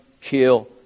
kill